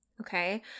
okay